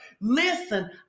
listen